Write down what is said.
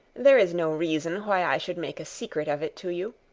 there is no reason why i should make a secret of it to you.